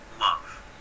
love